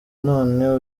none